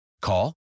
Call